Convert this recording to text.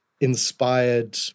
inspired